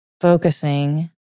focusing